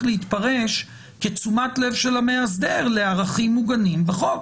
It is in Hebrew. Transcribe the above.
להתפרש כתשומת לב של המאסדרים לערכים מוגנים בחוק.